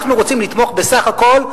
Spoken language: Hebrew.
אנחנו רוצים לתמוך בתקציב, בסך הכול,